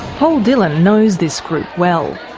paul dillon knows this group well.